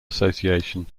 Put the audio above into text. association